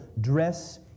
dress